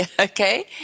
okay